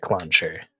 launcher